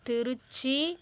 Trichy